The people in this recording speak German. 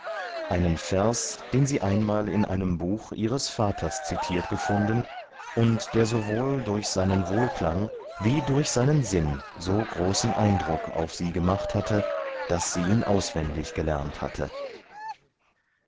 einen vers den sie einmal in einem buch ihres vaters zitiert gefunden und der sowohl durch seinen wohlklang wie durch seinen sinn so großen eindruck auf sie gemacht hatte daß sie ihn auswendig gelernt hatte